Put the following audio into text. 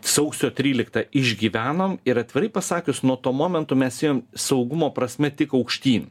sausio tryliktą išgyvenom ir atvirai pasakius nuo to momento mes ėjom saugumo prasme tik aukštyn